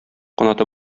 канаты